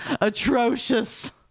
Atrocious